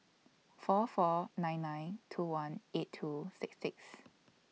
four four nine nine two one eight two six six